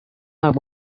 are